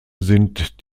sind